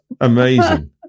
amazing